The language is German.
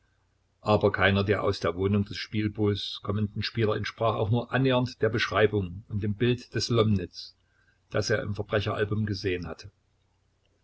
aber keiner der aus der wohnung des spielbooß kommenden spieler entsprach auch nur annähernd der beschreibung und dem bild des lomnitz das er im verbrecheralbum gesehen hatte